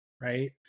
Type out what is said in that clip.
right